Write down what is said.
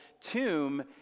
tomb